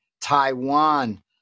Taiwan